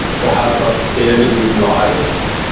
to have a fairly good life,